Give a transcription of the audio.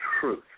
truth